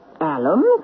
alum